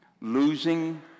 losing